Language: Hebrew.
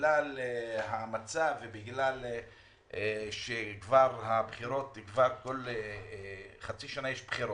בגלל המצב ובגלל שהבחירות נערכות בכל חצי שנה.